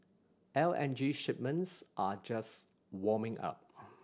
L N G shipments are just warming up